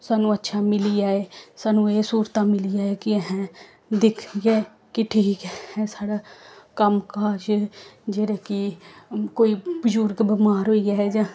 सानूं अच्छा मिली जाए सानूं एह् स्हूलतां मिली जाए कि अहें दिक्खियै कि ठीक ऐ साढ़ा कम्म काज जेह्ड़े कि कोई बजुर्ग बमार होई जाए जां